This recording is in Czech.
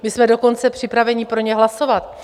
My jsme dokonce připraveni pro ně hlasovat.